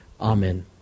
Amen